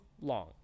long